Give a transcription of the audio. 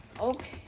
Okay